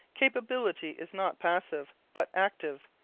capability is not passive, but active.